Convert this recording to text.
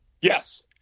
Yes